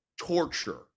torture